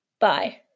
Bye